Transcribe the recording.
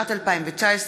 התשע"ט 2019,